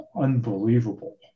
unbelievable